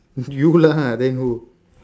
you lah then who